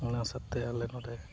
ᱚᱱᱟ ᱥᱟᱶᱛᱮ ᱟᱞᱮ ᱱᱚᱸᱰᱮ